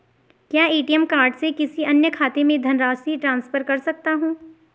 क्या ATM card से किसी अन्य खाते में धनराशि ट्रांसफर कर सकता हूँ?